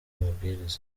amabwiriza